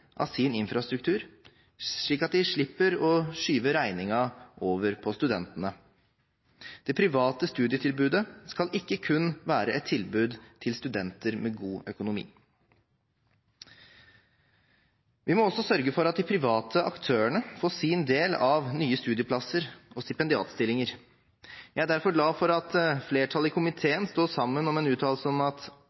av sin infrastruktur slik at de slipper å skyve regningen over på studentene. Det private studietilbudet skal ikke kun være et tilbud til studenter med god økonomi. Vi må også sørge for at de private aktørene får sin del av nye studieplasser og stipendiatstillinger. Jeg er derfor glad for at flertallet i komiteen sto sammen om en uttalelse om at